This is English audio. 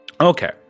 okay